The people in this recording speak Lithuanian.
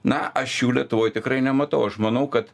na aš jų lietuvoj tikrai nematau aš manau kad